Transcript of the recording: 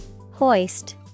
Hoist